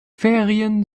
ferien